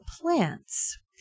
plants